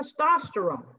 testosterone